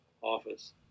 office